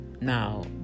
now